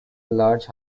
large